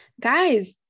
guys